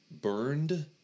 burned